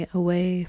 away